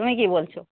তুমি কী বলছো